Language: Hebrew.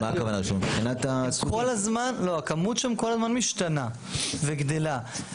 הכמות שם כל הזמן משתנה וגדלה,